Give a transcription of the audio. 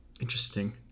Interesting